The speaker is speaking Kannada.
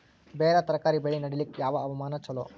ಬೇರ ತರಕಾರಿ ಬೆಳೆ ನಡಿಲಿಕ ಯಾವ ಹವಾಮಾನ ಚಲೋ?